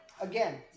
Again